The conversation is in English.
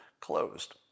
closed